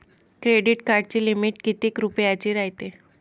Credit कार्डाची limit कितीक रुपयाची रायते?